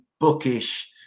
bookish